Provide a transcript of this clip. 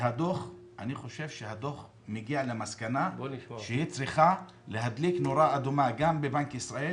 אני חושב שהדוח מגיע למסקנה שצריכה להדליק נורה אדומה גם בבנק ישראל.